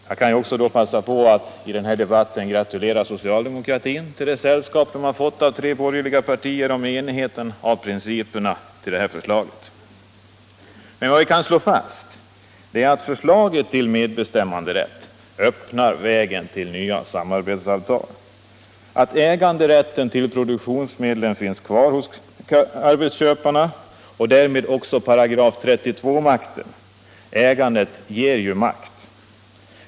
”Jag kan i denna debatt passa på att gratulera socialdemokratin till det sällskap den fått av tre borgerliga partier vad gäller principerna i det förslag som nu behandlas. Men vad vi kan slå fast är att förslaget till medbestämmanderätt öppnar vägen för nya samarbetsavtal, att äganderätten till produktionsmedlen finns kvar hos arbetsköparna och därmed också § 32-makten. Ägandet ger ju makt.